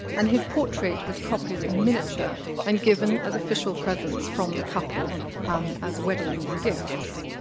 and his portrait was copied in miniature and given as official presents from the couple as wedding gifts.